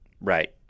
right